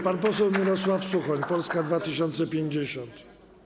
Pan poseł Mirosław Suchoń, Polska 2050.